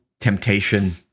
temptation